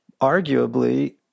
arguably